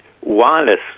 Wireless